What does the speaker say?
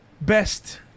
best